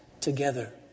together